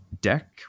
deck